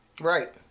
Right